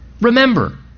remember